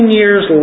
years